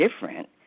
different